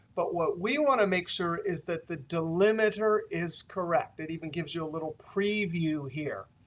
but what we want to make sure is that the delimiter is correct. it even gives you a little preview here.